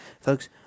Folks